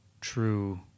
true